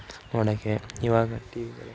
ನೋಡೋಕ್ಕೆ ಇವಾಗ ಟಿವಿ